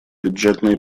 бюджетные